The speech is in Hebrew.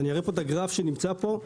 אני אראה פה את הגרף שנמצא פה.